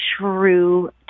true